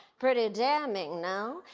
pretty damning, no?